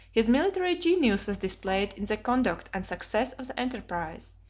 his military genius was displayed in the conduct and success of the enterprise,